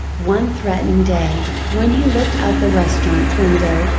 one threatening day, when he looked out the restaurant window,